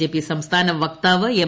JP സംസ്ഥാന വക്താവ് M